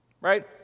right